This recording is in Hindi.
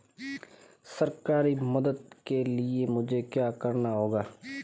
सरकारी मदद के लिए मुझे क्या करना होगा?